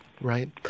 Right